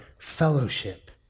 fellowship